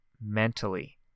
mentally